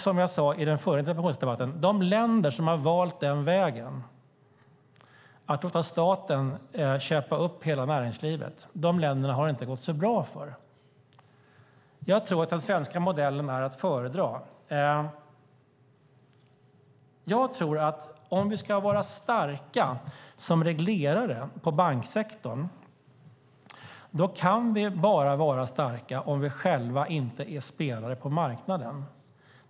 Som jag sade i den förra interpellationsdebatten har det inte gått så bra för de länder som har valt vägen att låta staten köpa upp hela näringslivet. Jag tror att den svenska modellen är att föredra. Om vi ska vara starka som reglerare i banksektorn kan vi bara vara starka om vi själva inte är spelare på marknaden.